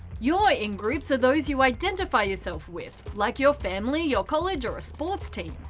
your ingroups are those you identify yourself with, like your family, your college or a sports team.